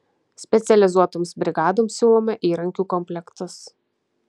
specializuotoms brigadoms siūlome įrankių komplektus